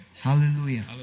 hallelujah